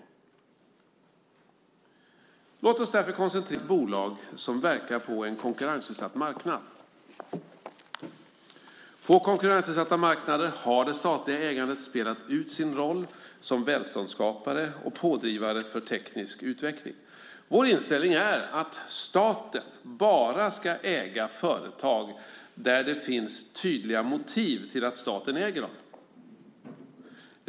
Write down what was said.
Låt oss därför konstatera att accessnätet alltså inte är samhällsägt i dag och att Telia Sonera är ett börsnoterat bolag som verkar på en konkurrensutsatt marknad. På konkurrensutsatta marknader har det statliga ägandet spelat ut sin roll som välståndsskapare och pådrivare för teknisk utveckling. Vår inställning är att staten bara ska äga företag där det finns tydliga motiv till att staten äger dem.